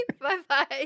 Bye-bye